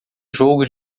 jogo